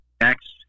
next